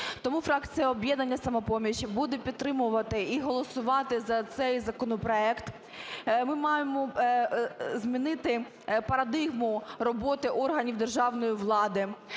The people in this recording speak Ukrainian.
Тому фракція "Об'єднання "Самопоміч" буде підтримувати і голосувати за цей законопроект. Ми маємо змінити парадигму роботи органів державної влади.